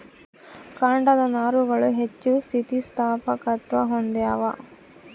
ಕಾಂಡದ ನಾರುಗಳು ಹೆಚ್ಚು ಸ್ಥಿತಿಸ್ಥಾಪಕತ್ವ ಹೊಂದ್ಯಾವ